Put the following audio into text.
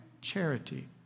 charity